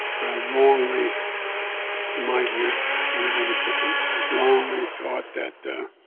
i wrongly in my view everybody's different wrongly thought that i